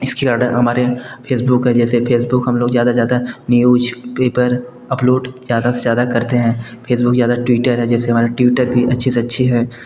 इसी का डर हमारे फेसबुक का जैसे फेसबूक हम लोग ज़्यादा ज़्यादा न्यूजपेपर अपलोड ज़्यादा से ज़्यादा करते हैं फेसबुक से ज़्यादा ट्विटर है जैसे हमारा ट्विटर भी अच्छे से अच्छे है